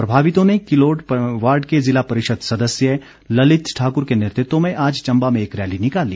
प्रभावितों ने किलोड वार्ड के ज़िला परिषद सदस्य ललित ठाकर के नेतृत्व में आज चंबा में एक रैली निकाली